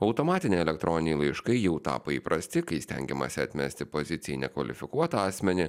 automatiniai elektroniniai laiškai jau tapo įprasti kai stengiamasi atmesti pozicijai nekvalifikuotą asmenį